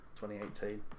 2018